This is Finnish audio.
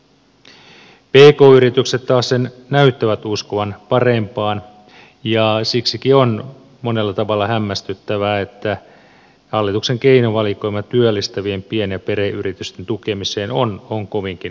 pk yritykset taasen näyttävät uskovan parempaan ja siksikin on monella tavalla hämmästyttävää että hallituksen keinovalikoima työllistävien pien ja perheyritysten tukemiseen on kovinkin vaatimaton